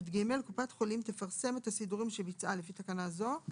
(יג)קופת חולים תפרסם את הסידורים שביצעה לפי תקנה זו,